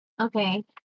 Okay